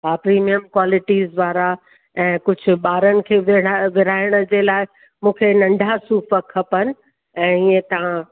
हा premium qualities वारा ऐं कुझु ॿारनि खे विड़ विरिहाइण जे लाइ मूंखे नंढा सूफ़ खपनि ऐं हीअं तव्हां